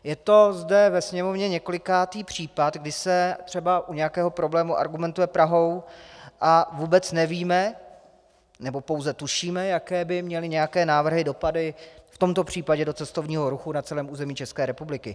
Je to zde ve Sněmovně několikátý případ, kdy se třeba u nějakého problému argumentuje Prahou, a vůbec nevíme, nebo pouze tušíme, jaké by měly nějaké návrhy dopady v tomto případě do cestovního ruchu na celém území České republiky.